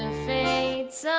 fates